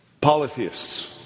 polytheists